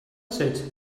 sets